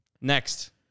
Next